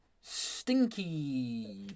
stinky